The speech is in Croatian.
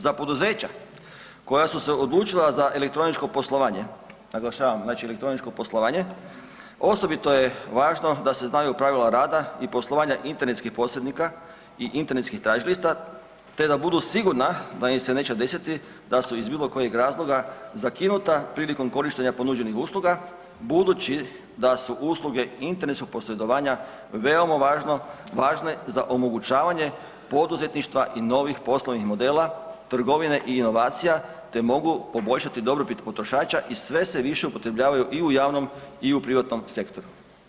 Za poduzeća koja su se odlučila za elektroničko poslovanje, naglašavam znači električno poslovanje, osobito je važno da se znaju pravila rada i poslovanja internetskih posrednika i internetskih tražilica te da budu sigurna da im se neće desiti da su iz bilo kojeg razloga zakinuta prilikom korištenja ponuđenih usluga, budući da su usluge internetskog posredovanja veoma važne za omogućavanje poduzetništva i novih poslovnih modela, trgovine i inovacija te mogu poboljšati dobrobit potrošača i sve se više upotrebljavaju i u javnom i u privatnom sektoru.